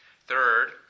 Third